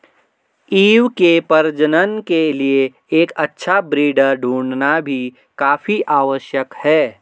ewe के प्रजनन के लिए एक अच्छा ब्रीडर ढूंढ़ना भी काफी आवश्यक है